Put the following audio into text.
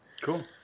Cool